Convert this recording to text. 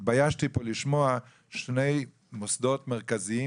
התביישתי לשמוע פה שני מוסדות מרכזיים